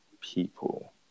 people